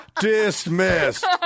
Dismissed